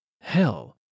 Hell